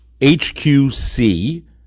HQC